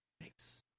Thanks